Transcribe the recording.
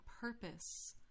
purpose